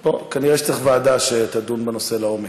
פה כנראה צריך ועדה שתדון בנושא לעומק.